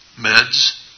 Meds